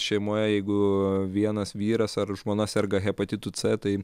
šeimoje jeigu vienas vyras ar žmona serga hepatitu c tai